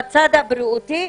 בצד הבריאותי,